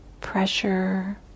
pressure